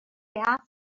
asked